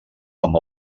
amb